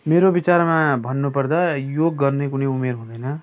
मेरो विचारमा भन्नुपर्दा योग गर्ने कुनै उमेर हुँदैन